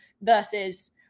versus